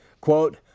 Quote